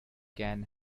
can